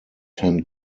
ten